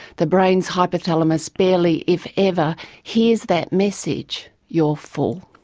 the brain's hypothalamus barely if ever hears that message, you're full.